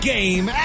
Game